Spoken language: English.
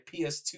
PS2